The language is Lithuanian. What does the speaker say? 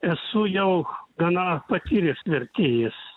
esu jau gana patyręs vertėjas